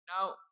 Now